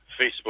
Facebook